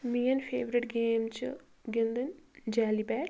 میٛٲنۍ favourite game چھِ گِنٛدٕنۍ جالہِ بیٹ